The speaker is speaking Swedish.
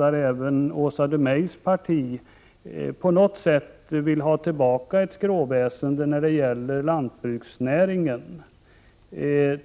även Åsa Domeijs parti, vill ha tillbaka ett skråväsende inom lantbruksnäringen.